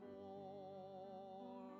more